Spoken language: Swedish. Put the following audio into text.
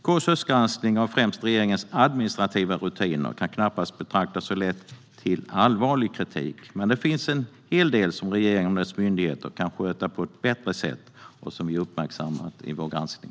KU:s höstgranskning av främst regeringens administrativa rutiner kan knappast betraktas som att ha lett till allvarlig kritik. Men det finns en hel del som regeringen och dess myndigheter kan sköta på ett bättre sätt och som vi har uppmärksammat i vår granskning.